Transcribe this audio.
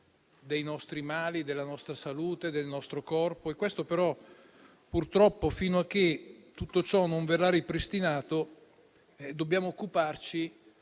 dei nostri mali, della nostra salute e del nostro corpo. Purtroppo, però, fino a che tutto ciò non verrà ripristinato, dobbiamo occuparci